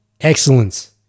Excellence